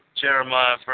Jeremiah